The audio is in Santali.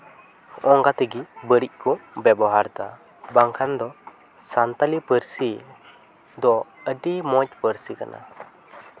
ᱚᱱᱠᱟ ᱛᱮᱜᱮ ᱵᱟᱹᱲᱤᱡ ᱠᱚ ᱵᱮᱵᱚᱦᱟᱨ ᱫᱟ ᱵᱟᱝᱠᱷᱟᱱ ᱫᱚ ᱥᱟᱱᱛᱟᱲᱤ ᱯᱟᱹᱨᱥᱤ ᱫᱚ ᱟᱹᱰᱤ ᱢᱚᱡᱽ ᱯᱟᱹᱨᱥᱤ ᱠᱟᱱᱟ